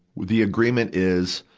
the agreement is,